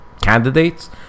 candidates